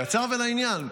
קצר ולעניין.